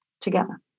together